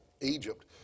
Egypt